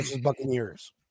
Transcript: Buccaneers